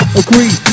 agree